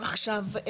עכשיו,